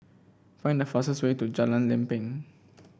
find the fastest way to Jalan Lempeng